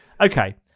Okay